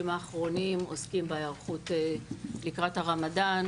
האחרונים עוסקים בהיערכות לקראת הרמדאן.